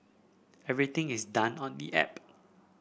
everything is done on the app